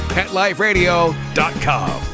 PetLifeRadio.com